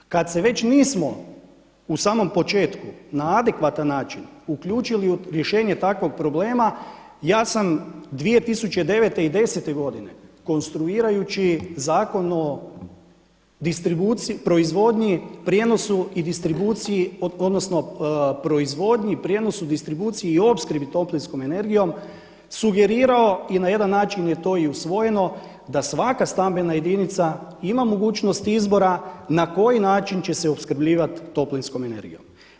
Kad se već nismo u samom početku na adekvatan način uključili u rješenje takvog problema ja sam 2009. i desete godine konstruirajući Zakon o proizvodnji, prijenosu i distribuciji, odnosno proizvodnji, prijenosu, distribuciji i opskrbi toplinskom energijom sugerirao i na jedan način je to i usvojeno da svaka stambena jedinica ima mogućnost izbora na koji način će se opskrbljivat toplinskom energijom.